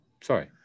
sorry